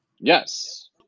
Yes